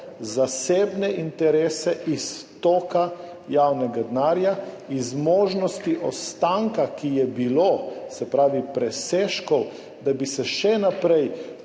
zasebne interese iz toka javnega denarja. Iz možnosti ostanka, ki je bil, se pravi presežkov, da bi se še naprej